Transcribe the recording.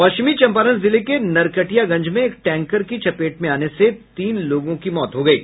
पश्चिमी चंपारण जिले के नरकटियागंज में एक टैंकर की चपेट में आने से तीन लोगों को मौत हो गयी